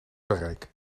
bereik